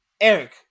Eric